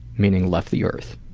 meaning left the earth?